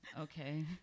Okay